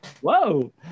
Whoa